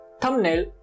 thumbnail